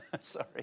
Sorry